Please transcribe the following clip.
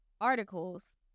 articles